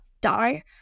die